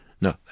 no